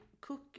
cook